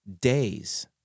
days